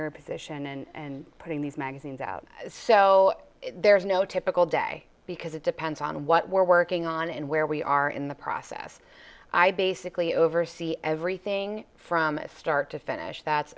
your position and putting these magazines out so there's no typical day because it depends on what we're working on and where we are in the process i basically oversee everything from start to finish that